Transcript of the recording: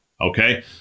Okay